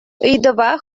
ыйтӑва